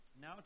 Now